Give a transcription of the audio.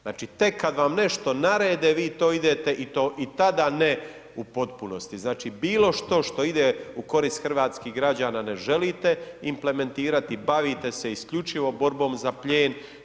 Znači tek kada vam nešto narede vi to idete i tada ne u potpunosti, znači bilo što što ide u korist hrvatskih građana ne želite implementirati, bavite se isključivo borbom za plijen.